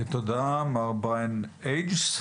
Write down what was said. תודה, מר בריאן אייג'ס.